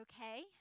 okay